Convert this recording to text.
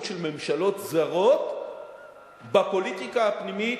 של ממשלות זרות בפוליטיקה הפנימית,